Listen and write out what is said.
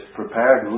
prepared